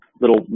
little